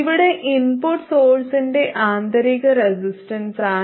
ഇവിടെ ഇൻപുട്ട് സോഴ്സിന്റെ ആന്തരിക റെസിസ്റ്റൻസാണ്